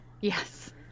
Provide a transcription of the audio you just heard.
Yes